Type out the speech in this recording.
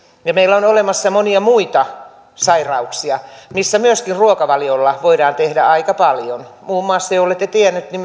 ja meillä on olemassa monia muita sairauksia missä myöskin ruokavaliolla voidaan tehdä aika paljon jollette tienneet niin